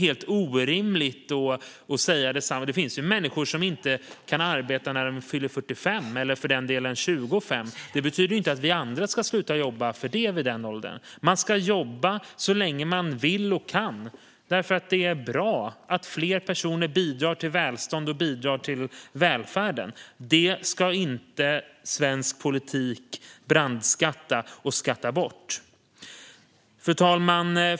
Det finns människor som inte kan arbeta när de är 45 eller för den delen 25, men det betyder inte att vi andra ska sluta jobba vid den åldern. Man ska jobba så länge man vill och kan därför att det är bra att fler personer bidrar till välstånd och till välfärden. Det ska inte svensk politik brandskatta och skatta bort. Fru talman!